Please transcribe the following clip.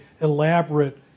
elaborate